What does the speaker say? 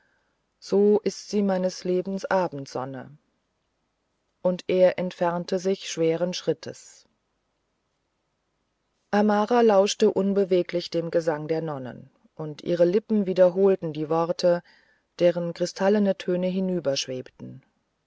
so ist sie meines lebens abendsonne und er entfernte sich schweren schrittes amara lauschte unbeweglich dem gesang der nonnen und ihre lippen wiederholten die worte deren kristallene töne